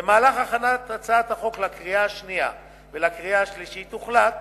במהלך הכנת הצעת החוק לקריאה השנייה ולקריאה השלישית הוחלט